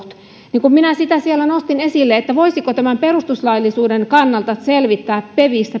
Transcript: niin kun minä siellä nostin esille sitä voisiko tämän perustuslaillisuuden kannalta selvittää